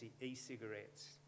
E-cigarettes